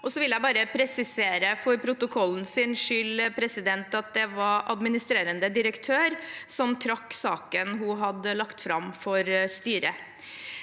jeg bare presisere for protokollens skyld at det var administrerende direktør som trakk saken hun hadde lagt fram for styret.